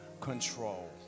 control